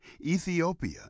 ethiopia